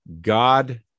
God